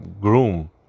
groom